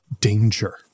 danger